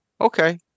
Okay